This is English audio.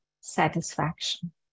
satisfaction